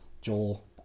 Joel